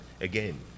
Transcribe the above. again